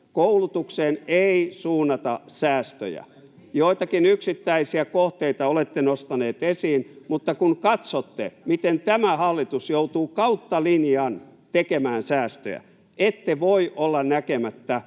Koulutukseen ei suunnata säästöjä. Joitakin yksittäisiä kohteita olette nostaneet esiin, [Kimmo Kiljunen: Aikuiskoulutus!] mutta kun katsotte, miten tämä hallitus joutuu kautta linjan tekemään säästöjä, ette voi olla näkemättä,